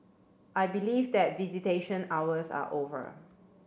I believe that visitation hours are over